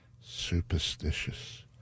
superstitious